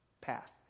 path